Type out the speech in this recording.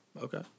Okay